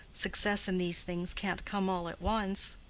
success in these things can't come all at once.